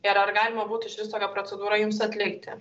ir ar galima būtų išvis tokią procedūra jums atlikti